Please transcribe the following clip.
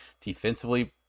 defensively